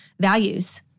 values